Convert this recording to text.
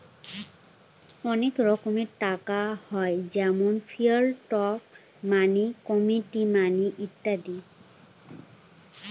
অনেক রকমের টাকা হয় যেমন ফিয়াট মানি, কমোডিটি মানি ইত্যাদি